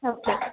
okay